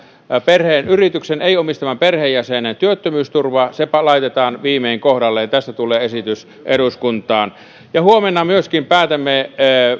perheen yrityksen ei omistavan perheenjäsenen työttömyysturva se laitetaan viimein kohdalleen tästä tulee esitys eduskuntaan huomenna myöskin päätämme